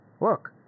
Look